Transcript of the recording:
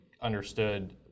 understood